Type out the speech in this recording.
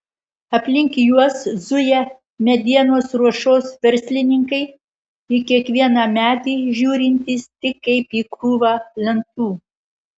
aplink juos zuja medienos ruošos verslininkai į kiekvieną medį žiūrintys tik kaip į krūvą lentų